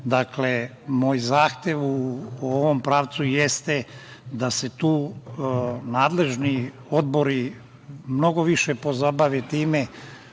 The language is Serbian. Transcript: slično. Moj zahtev u ovom pravcu jeste da se tu nadležni odbori mnogo više pozabave time. Da